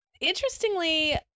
Interestingly